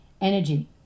energy